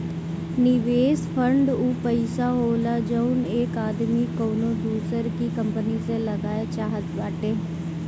निवेस फ़ंड ऊ पइसा होला जउन एक आदमी कउनो दूसर की कंपनी मे लगाए चाहत बाटे